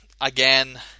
Again